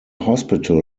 hospital